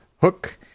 hook